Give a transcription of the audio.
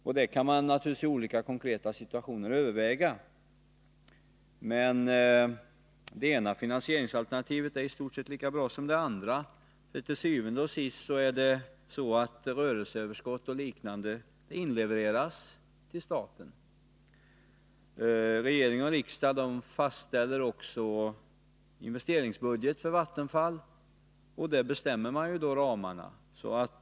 I olika konkreta situationer kan man naturligtvis överväga detta, men det ena finansieringsalternativet är i stort sett lika bra som det andra, och til syvende og sidst inlevereras ändå rörelseöverskott och liknande till staten. Dessutom fastställer regering och riksdag investeringsbudgeten för Vattenfall, och där bestäms ramarna.